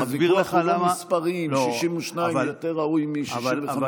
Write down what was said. הוויכוח הוא לא מספרים, 62 יותר ראוי מ-65.